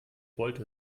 wollte